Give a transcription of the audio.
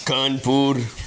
Kanpur